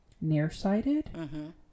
nearsighted